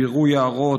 בירוא יערות,